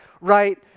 right